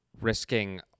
risking